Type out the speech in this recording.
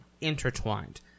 intertwined